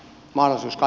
kiitos